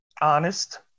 Honest